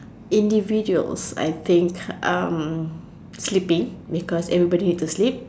individual I think um sleeping because everybody need to sleep